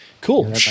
Cool